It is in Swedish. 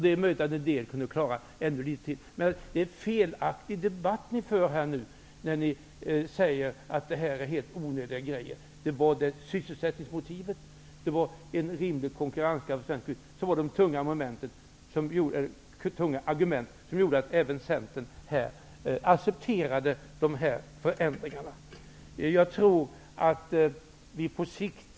Det är möjligt att en del kunde klara ännu litet till. Men det är fel att i denna debatt säga att detta är helt onödiga saker. De tunga argument som låg bakom detta och som gjorde att även Centern accepterade dessa förändringar var sysselsättningsmotivet och en rimlig konkurrenskraft.